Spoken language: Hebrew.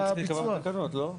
סכום צריך להיקבע בתקנות, לא?